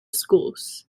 schools